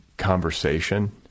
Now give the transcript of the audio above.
conversation